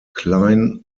klein